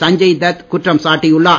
சஞ்சய் தத் குற்றம் சாட்டியுள்ளார்